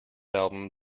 album